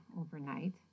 overnight